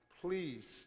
please